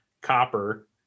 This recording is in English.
Copper